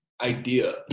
idea